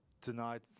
tonight